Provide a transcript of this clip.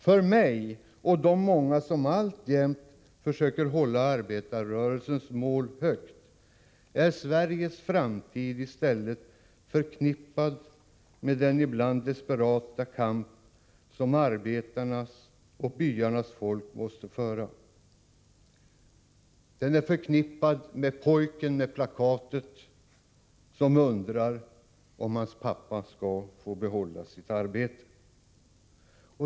För mig och de många som alltjämt försöker hålla arbetarrörelsens mål högt är Sveriges framtid i stället förknippad med den ibland desperata kamp som arbetarna och byarnas folk måste föra. Den är förknippad med pojken med plakatet som undrar om hans pappa skall få behålla sitt arbete.